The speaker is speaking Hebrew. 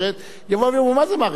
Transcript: אני חושב שהשאלה לא תישאל,